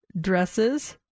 dresses